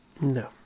No